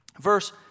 Verse